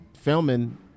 filming